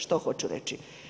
Što hoću reći?